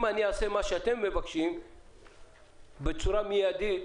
אם אני אעשה את מה שאתם מבקשים בצורה מיידית,